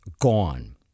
Gone